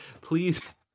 Please